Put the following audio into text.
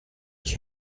ich